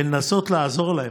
ולנסות לעזור להם.